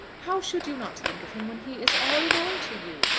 how should you not think of him when he is all in all to you?